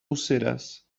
useres